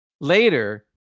Later